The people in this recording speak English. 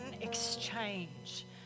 exchange